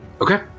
Okay